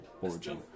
origin